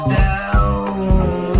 down